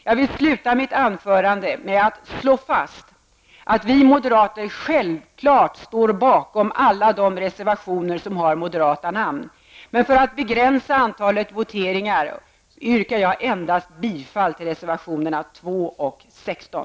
Jag vill sluta mitt anförande med att slå fast att vi moderater självfallet står bakom alla de reservationer som har undertecknats av moderater. För att begränsa antalet voteringar yrkar jag dock endast bifall till reservationerna nr 2 och 16.